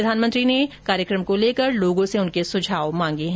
प्रधानमंत्री ने इस कार्यक्रम को लेकर लोगों से उनके सुझाव मांगे हैं